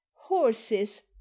horses